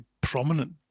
prominent